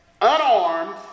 unarmed